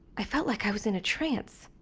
i felt like i was in a trance.